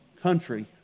country